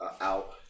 out